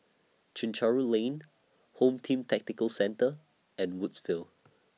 Chencharu Lane Home Team Tactical Centre and Woodsville